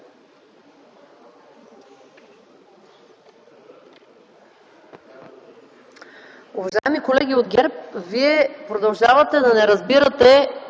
Уважаеми колеги от ГЕРБ, Вие продължавате да не разбирате